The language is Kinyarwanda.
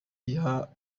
iya